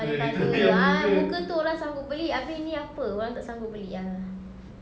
colour colour ah muka itu orang sanggup beli abeh ini apa orang tak sanggup beli ah